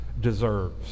deserves